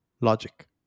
logic